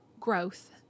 growth